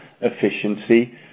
efficiency